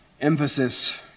emphasis